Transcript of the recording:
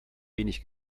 wenig